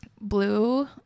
Blue